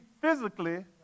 physically